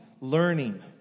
learning